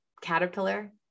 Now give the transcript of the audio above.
caterpillar